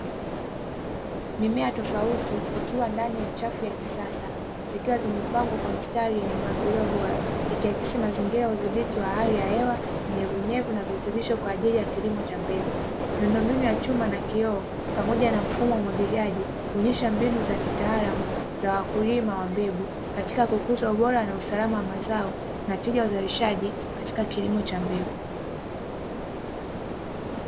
Mimea tofauti ikiwa ndani ya chafu ya kisasa zikiwa zimepangwa kwa mstari yenye upangilio bora ikiakisi mazingira ya udhibiti wa hali ya hewa, unyevunyevu na virutubisho kwa ajili ya kilimo cha mbegu. Miundo mbinu ya chuma na kioo pamoja na mfumo wa umwagiliaji huonyesha mbinu za kitaalamu za wakulima wa mbegu katika kukuza ubora, na usalama wa mazao na tija ya uzalishaji katika kilimo cha mbegu.